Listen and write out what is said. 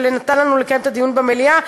שנתן לנו לקיים את הדיון במליאה,